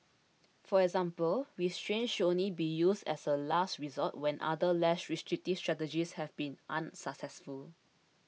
for example restraints should only be used as a last resort when other less restrictive strategies have been unsuccessful